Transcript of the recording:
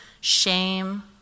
shame